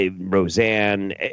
Roseanne